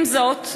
עם זאת,